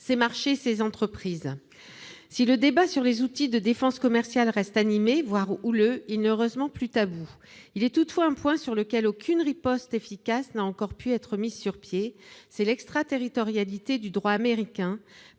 ses marchés et ses entreprises. Si le débat sur les outils de défense commerciale reste animé, voire houleux, il n'est heureusement plus tabou. Il reste cependant un point sur lequel aucune riposte efficace n'a encore pu être élaborée, c'est l'extraterritorialité du droit américain,